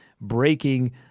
breaking